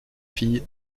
fille